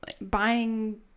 buying